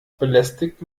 belästigt